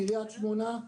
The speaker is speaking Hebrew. קרית שמונה,